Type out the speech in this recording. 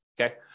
okay